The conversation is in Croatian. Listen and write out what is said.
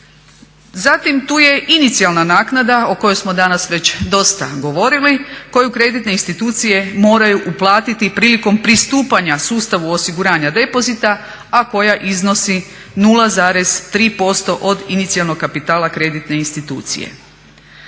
Zatim tu je inicijalna naknada o kojoj smo danas već dosta govorili, koju kreditne institucije moraju uplatiti prilikom pristupanja sustavu osiguranja depozita, a koja iznosi 0,3% od inicijalnog kapitala kreditne institucije.